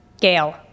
Gail